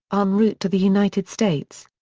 um route to the united states.